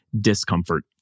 discomfort